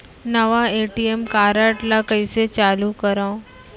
नवा ATM card ल कइसे चालू करव?